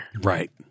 Right